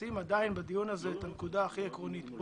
מפספסים בדיון הזה את הנקודה הכי עקרונית.